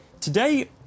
Today